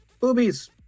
boobies